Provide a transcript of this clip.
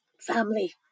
family